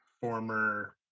former